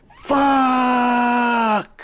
Fuck